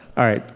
all right.